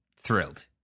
thrilled